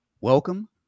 welcome